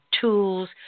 tools